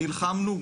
נלחמנו,